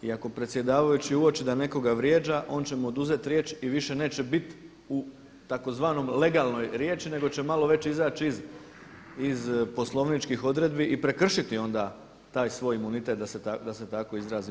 I ako predsjedavajući uoči da nekoga vrijeđa on će mu oduzeti riječ i više neće bit u tzv. legalnoj riječi nego će malo već izaći iz poslovničkih odredbi i prekršiti onda taj svoj imunitet da se tako izrazim.